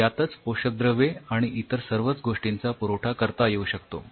यातच पोषकद्रव्ये आणि इतर सर्वच गोष्टीचा पुरवठा करता येऊ शकतो